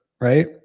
right